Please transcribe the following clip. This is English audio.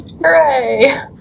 Hooray